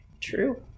True